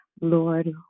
Lord